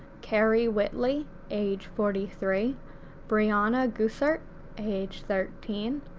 kari whitley age forty three brianna gussert age thirteen,